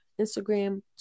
Instagram